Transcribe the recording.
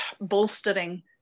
bolstering